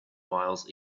miles